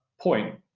point